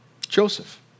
Joseph